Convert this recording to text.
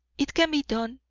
it can be done,